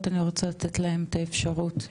ואני רוצה לתת לאחרות את האפשרות לדבר.